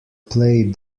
play